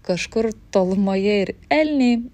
kažkur tolumoje ir elniai